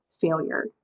failure